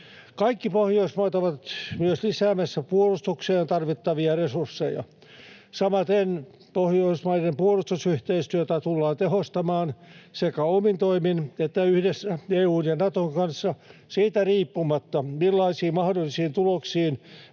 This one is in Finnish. Kaikki Pohjoismaat ovat myös lisäämässä puolustukseen tarvittavia resursseja. Samaten Pohjoismaiden puolustusyhteistyötä tullaan tehostamaan sekä omin toimin että yhdessä EU:n ja Naton kanssa riippumatta siitä, millaisiin mahdollisiin tuloksiin